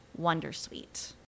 Wondersuite